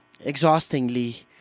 exhaustingly